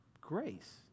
grace